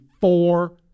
four